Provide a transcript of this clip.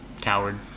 Coward